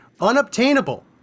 unobtainable